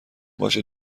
باشه